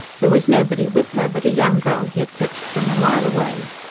there was nobody with her but a young girl he had fetched from a mile away.